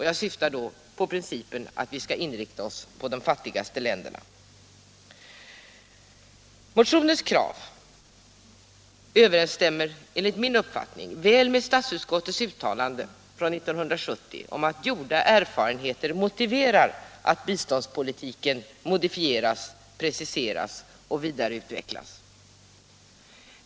Jag syftar då på principen att vi skall inrikta oss på de fattigaste länderna. Motionens krav överensstämmer enligt min uppfattning väl med statsutskottets uttalande från 1970 om att gjorda erfarenheter motiverar att biståndspolitiken modifieras, preciseras och vidareutvecklas.